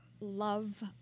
love